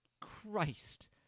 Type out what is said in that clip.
Christ